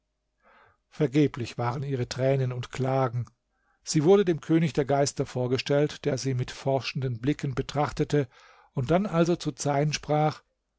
vergeblich waren ihre tränen und klagen sie wurde dem könig der geister vorgestellt der sie mit forschenden blicken betrachtete und dann also zu zeyn sprach